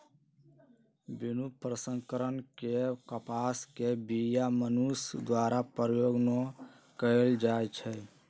बिनु प्रसंस्करण के कपास के बीया मनुष्य द्वारा प्रयोग न कएल जाइ छइ